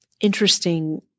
interesting